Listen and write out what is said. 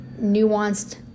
nuanced